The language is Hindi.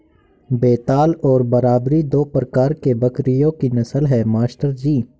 बेताल और बरबरी दो प्रकार के बकरियों की नस्ल है मास्टर जी